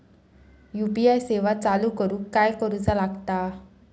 UPI सेवा चालू करूक काय करूचा लागता?